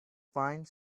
find